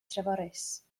treforys